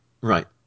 Right